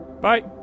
bye